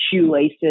shoelaces